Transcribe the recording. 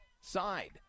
side